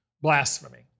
blasphemy